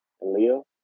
Leo